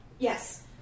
Yes